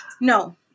no